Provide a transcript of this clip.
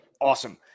Awesome